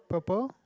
purple